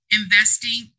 investing